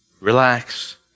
Relax